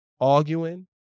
arguing